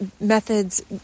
methods